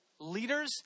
leaders